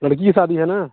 लड़की की शादी है न